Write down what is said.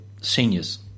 seniors